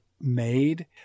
made